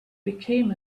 became